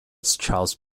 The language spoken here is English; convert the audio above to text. charles